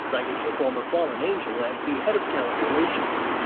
citing the former fallen angel as the head of talent relations.